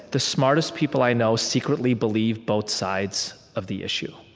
the smartest people i know secretly believe both sides of the issue.